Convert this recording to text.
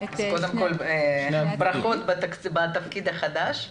ברכות לתפקיד החדש.